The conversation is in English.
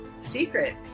secret